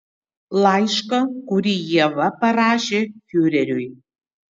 laišką kurį ieva parašė fiureriui